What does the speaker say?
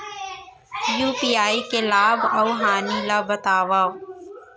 UPI के लाभ अऊ हानि ला बतावव